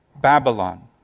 Babylon